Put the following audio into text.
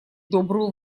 добрую